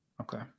Okay